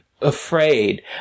afraid